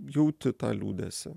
jauti tą liūdesį